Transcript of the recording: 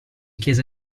chiese